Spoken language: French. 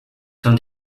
sein